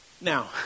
Now